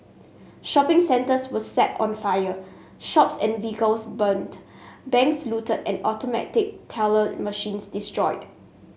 shopping centres were set on fire shops and vehicles burnt banks looted and automatic teller machines destroyed